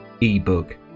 ebook